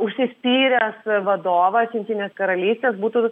užsispyręs vadovas jungtinės karalystės būtų